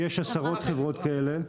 יש עשרות חברות כאלה,